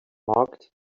marked